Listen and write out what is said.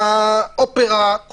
האופרה,